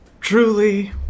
Truly